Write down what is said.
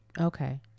okay